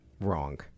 Wrong